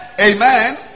Amen